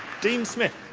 dean smith.